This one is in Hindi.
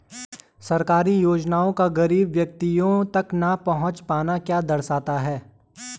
सरकारी योजनाओं का गरीब व्यक्तियों तक न पहुँच पाना क्या दर्शाता है?